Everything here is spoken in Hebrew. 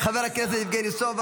חבר הכנסת אבי מעוז,